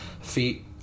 feet